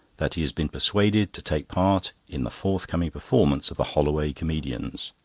that he has been persuaded to take part in the forthcoming performance of the holloway comedians.